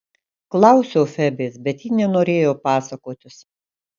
klausiau febės bet ji nenorėjo pasakotis